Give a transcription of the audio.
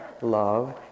love